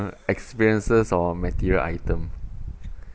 uh experiences or material item